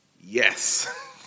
Yes